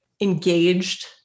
engaged